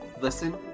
Listen